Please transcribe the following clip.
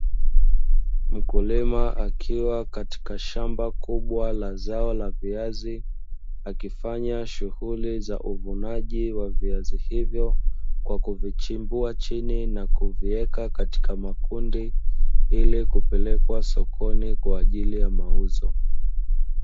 Mkulima akiwa katika shamba kubwa la zao la viazi akifanya shughuli za uvunaji wa viazi hivyo, kwa kuvichimbua chini na kuviweka katika makundi ili kupelekwa sokoni kwa ajili ya mauzo.